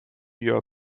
your